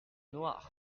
noire